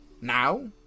Now